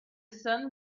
sun